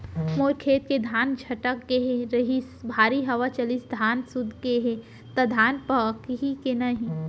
मोर खेत के धान छटक गे रहीस, भारी हवा चलिस, धान सूत गे हे, त धान पाकही के नहीं?